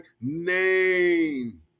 name